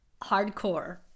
hardcore